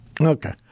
Okay